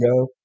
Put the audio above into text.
go